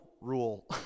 rule